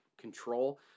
control